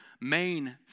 main